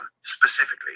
specifically